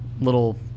little